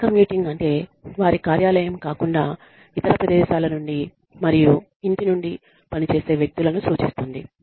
telecommuting అంటే వారి కార్యాలయం కాకుండా ఇతర ప్రదేశాల నుండి మరియు ఇంటి నుండి పనిచేసే వ్యక్తులను సూచిస్తుంది